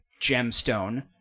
gemstone